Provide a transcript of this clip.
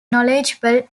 knowledgeable